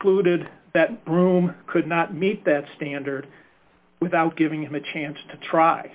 polluted that room could not meet that standard without giving him a chance to try